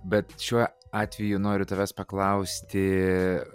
bet šiuo atveju noriu tavęs paklausti